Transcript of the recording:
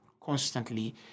constantly